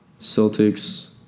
Celtics